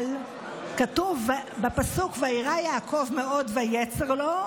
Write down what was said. כתוב בפסוק: "ויירא יעקב מאֹד ויצר לו".